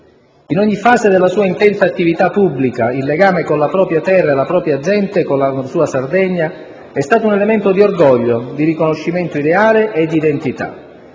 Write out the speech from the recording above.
In ogni fase della sua intensa attività pubblica, il legame con la propria terra e la propria gente, con la sua Sardegna, è stato un elemento di orgoglio, di riconoscimento ideale e di identità.